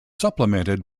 supplemented